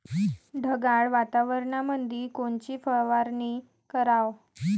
ढगाळ वातावरणामंदी कोनची फवारनी कराव?